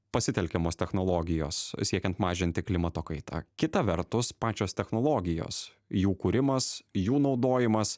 pasitelkiamos technologijos siekiant mažinti klimato kaitą kita vertus pačios technologijos jų kūrimas jų naudojimas